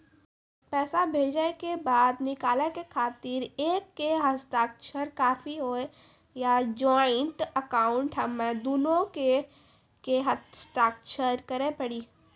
पैसा भेजै के बाद निकाले के खातिर एक के हस्ताक्षर काफी हुई या ज्वाइंट अकाउंट हम्मे दुनो के के हस्ताक्षर करे पड़ी?